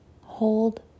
Hold